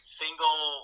single